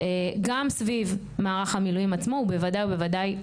גם סביב מערך המילואים עצמו הוא בוודאי ובוודאי.